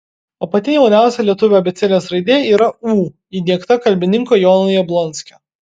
o pati jauniausia lietuvių abėcėlės raidė yra ū įdiegta kalbininko jono jablonskio